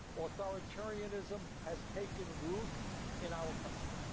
ah authoritarianism has taken root in our country.